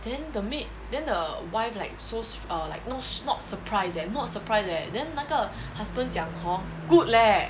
then the maid then the wife like so err like no not surprised eh not surprised eh then 那个 husband 讲 hor good leh